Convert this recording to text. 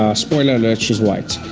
ah spoiler alert, she's white.